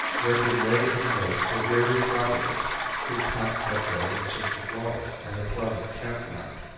where he lay in wait for weary travelers who passed that way in search of water and a pleasant camp ground.